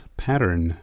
pattern